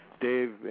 Dave